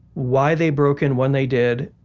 why they broke in when they did,